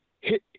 hit